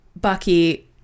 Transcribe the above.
Bucky